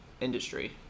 industry